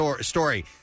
story